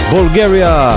Bulgaria